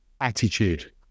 attitude